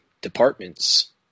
departments